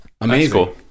amazing